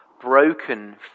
broken